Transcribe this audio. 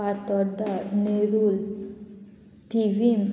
Fatorda Nerul Thivim